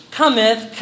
cometh